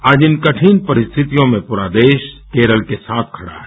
आज इन कठिन परिस्थितियों में पूरा देश केरल के साथ खड़ा है